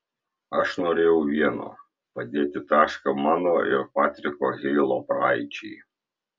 aš norėjau vieno padėti tašką mano ir patriko heilo praeičiai